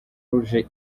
rouge